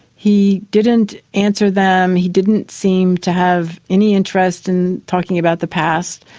he didn't answer them, he didn't seem to have any interest in talking about the past,